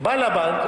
בא לבנק,